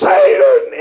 Satan